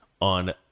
on